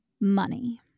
Money